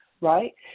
right